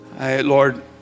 Lord